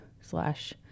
slash